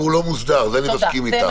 אבל הוא לא מוסדר, זה אני מסכים איתך.